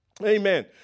Amen